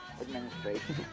administration